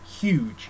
huge